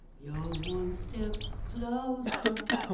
you're one step closer